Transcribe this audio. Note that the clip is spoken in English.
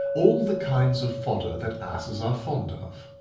all the kinds of fodder that asses are fond of.